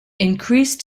increased